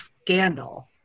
scandal